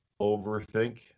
overthink